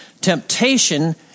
Temptation